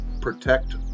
protect